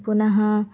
पुनः